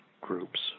groups